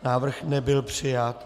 Návrh nebyl přijat.